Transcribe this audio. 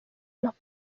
los